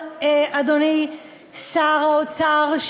אדוני שר האוצר,